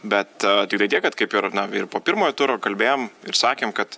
bet tiktai tiek kad kaip ir na ir po pirmojo turo kalbėjom ir sakėm kad